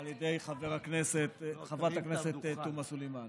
ועל ידי חברת הכנסת תומא סלימאן.